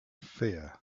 fear